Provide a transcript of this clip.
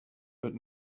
but